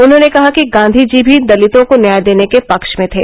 उन्होंने कहा कि गांधीजी भी दलितों को न्याय देने के पक्ष में थे